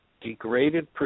degraded